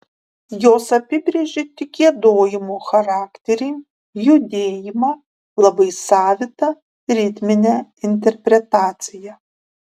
jos apibrėžė tik giedojimo charakterį judėjimą labai savitą ritminę interpretaciją